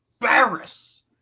Barris